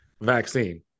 vaccine